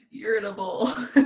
Irritable